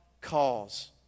cause